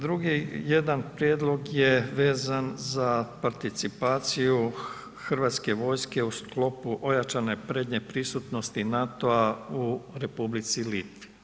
Drugi jedan prijedlog je vezan za participaciju Hrvatske vojske u sklopu ojačane prednje pristunosti NATO-a u Republici Litvi.